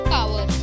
Power